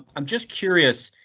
i'm just curious.